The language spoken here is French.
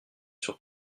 sur